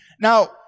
Now